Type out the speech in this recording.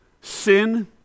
sin